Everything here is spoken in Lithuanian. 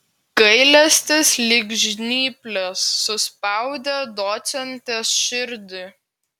gailestis lyg žnyplės suspaudė docentės širdį